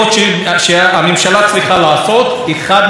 לפחות להראות לאזרחים,